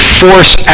force